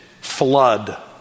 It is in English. flood